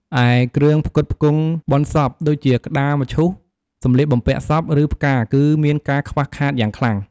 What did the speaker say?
ឯគ្រឿងផ្គត់ផ្គង់បុណ្យសព ដូចជាក្ដារមឈូស សម្លៀកបំពាក់សព ឬផ្កា គឺមានការខ្វះខាតយ៉ាងខ្លាំង។